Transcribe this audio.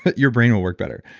but your brain will work better.